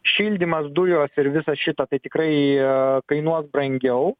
šildymas dujos ir visa šita tai tikrai jo kainuos brangiau